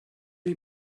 lui